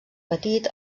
petit